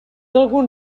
algun